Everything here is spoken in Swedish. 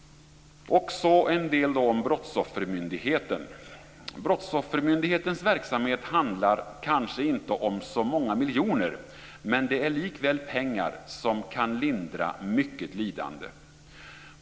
Så något om Brottsoffermyndigheten. Brottsoffermyndighetens verksamhet handlar kanske inte om så många miljoner. Men det är likväl pengar som kan lindra mycket lidande.